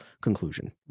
conclusion